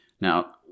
Now